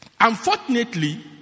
Unfortunately